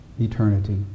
eternity